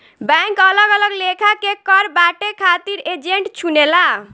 bank अलग अलग लेखा के कर बांटे खातिर एजेंट चुनेला